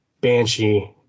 Banshee